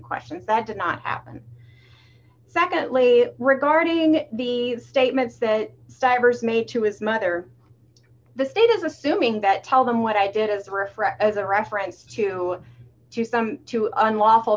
questions that did not happen secondly regarding the statements that divers made to his mother the state is assuming that tell them what i did as riffraff as a reference to to some to unlawful